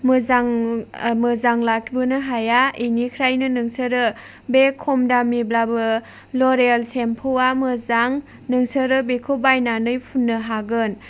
मोजां लाबोनो हायो बेनिखायनो नोंसोरो बे खम दामिब्लाबो ल'रियल सेम्पुआ मोजां नोंसोरो बेखौ बायनानै फुननो हागोन